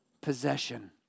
possession